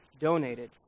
donated